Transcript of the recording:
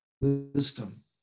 wisdom